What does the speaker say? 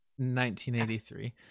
1983